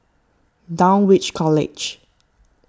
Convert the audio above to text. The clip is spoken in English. Dulwich College